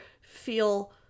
feel